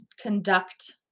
conduct